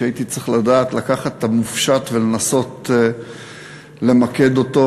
כשהייתי צריך לדעת לקחת את המופשט ולנסות למקד אותו.